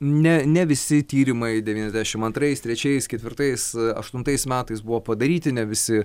ne ne visi tyrimai devyniasdešim antrais trečiais ketvirtais aštuntais metais buvo padaryti ne visi